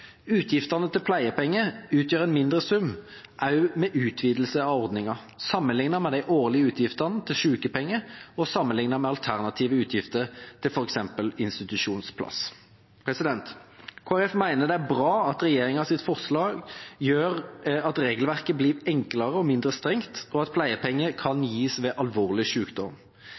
utgiftene til pleiepenger utgjør en mindre sum, også med utvidelsen av ordningen, sammenlignet med de årlige utgiftene til sykepenger og med alternative utgifter til for eksempel institusjonsplass.» Kristelig Folkeparti mener det er bra at regjeringas forslag gjør at regelverket blir enklere og mindre strengt, og at pleiepenger kan gis ved alvorlig